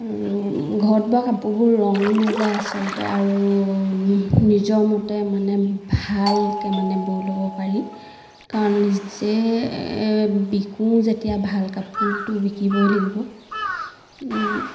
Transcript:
আৰু ঘৰত বোৱা কাপোৰবোৰ ৰঙো নেযায় আচলতে আৰু নিজৰ মতে মানে ভালকে মানে বৈ ল'ব পাৰি কাৰণ নিজে বিকো যেতিয়া ভাল কাপোৰটো বিকিবই লাগিব